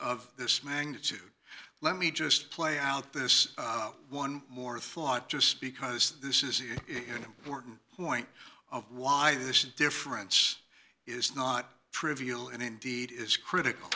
of this magnitude let me just play out this one more thought just because this is an important point of why this difference is not trivial and indeed is critical